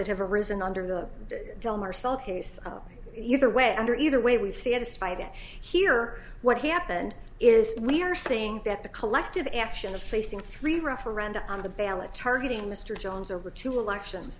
that have arisen under the marcelle case of either way under either way we see it as fighting here what happened is we are saying that the collective action of placing three referenda on the ballot targeting mr jones over two election